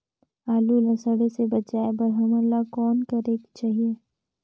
आलू ला सड़े से बचाये बर हमन ला कौन करेके चाही?